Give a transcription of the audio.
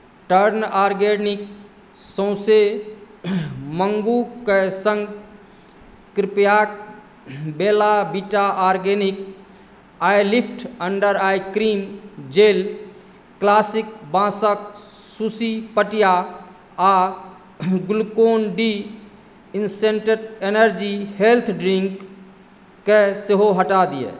turn organic सौँसे मँगू कऽ सङ्ग कृपयाक Bella Vita organic eyelift under eye cream gel classic बाँसक सुशी पटिया आ Glucon D instant energy health drink कऽ सेहो हटा दिअ